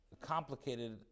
complicated